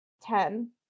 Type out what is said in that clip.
Ten